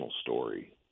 story